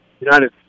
United